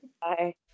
Bye